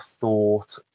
thought